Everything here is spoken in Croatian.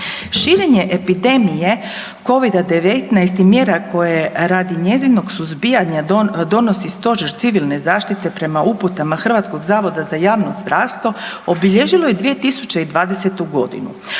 Širenje epidemije Covida-19 i mjera koje radi njezinog suzbijanja donosi stožer civilne zaštite prema uputama HZJZ-a obilježilo je 2020.-tu godinu.